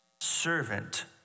servant